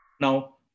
Now